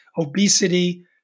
obesity